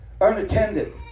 unattended